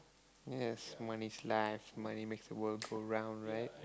yes money's life money makes the world go round right